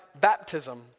baptism